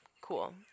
cool